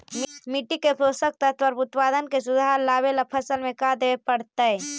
मिट्टी के पोषक तत्त्व और उत्पादन में सुधार लावे ला फसल में का देबे पड़तै तै?